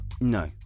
No